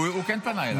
הוא כן פנה אליי.